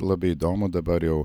labai įdomu dabar jau